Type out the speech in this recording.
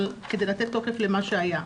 אבל כדי לתת תוקף למה היה.